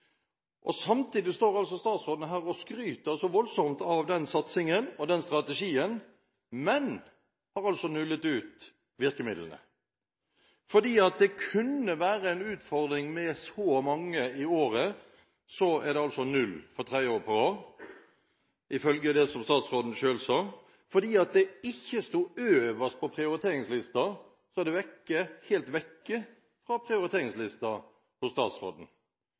Samtidig står statsråden her og skryter voldsomt av den satsingen og den strategien, men har altså nullet ut virkemidlene. Fordi det kunne være en utfordring med så mange i året, er det altså null for tredje år på rad, ifølge det som statsråden selv sa. Fordi det ikke sto øverst på prioriteringslisten fra de store universitetene, er det helt borte fra statsrådens prioriteringsliste. I tillegg klargjør statsråden